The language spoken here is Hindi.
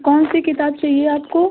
कौन सी किताब चाहिए आपको